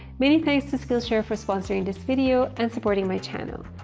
many thanks to skillshare for sponsoring this video and supporting my channel.